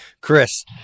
Chris-